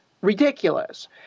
ridiculous